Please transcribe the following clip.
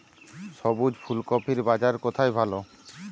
সবুজ ফুলকপির বাজার কোথায় ভালো?